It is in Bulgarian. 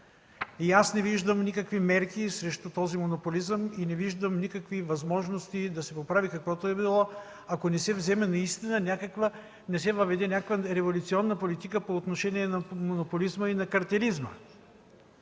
Аз не виждам никакви мерки срещу този монополизъм и не виждам никакви възможности да се поправи каквото и да било, ако не се въведе някаква революционна политика по отношение на монополизма и на картализма.